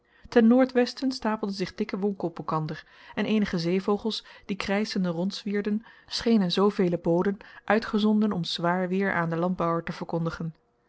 ten noordwesten stapelden zich dikke wolken op elkander en eenige zeevogels die krijschende rondzwierden schenen zoovele boden uitgezonden om zwaar weêr aan den landbouwer te verkondigen